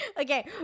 Okay